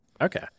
Okay